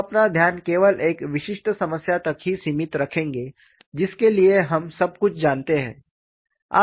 हम अपना ध्यान केवल एक विशिष्ट समस्या तक ही सीमित रखेंगे जिसके लिए हम सब कुछ जानते हैं